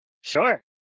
Sure